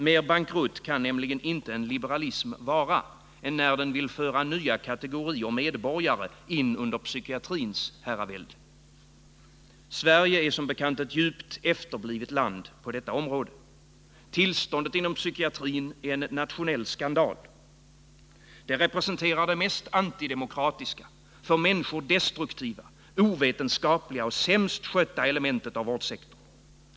Mer bankrutt kan nämligen inte en liberalism vara än när den vill föra nya kategorier medborgare in under psykiatrins herravälde. Sverige är som bekant ett djupt efterblivet land på detta område. Tillståndet inom psykiatrin är en nationell skandal. Den representerar det mest antidemokratiska, för människor destruktiva, ovetenskapliga och sämst skötta elementet inom vårdsektorn.